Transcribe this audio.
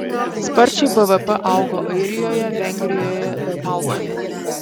sparčiai bvp augo airijoje vengrijoje ir maltoje